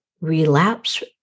relapse